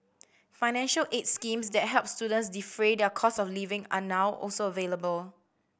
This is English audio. financial aid schemes that help students defray their cost of living are now also available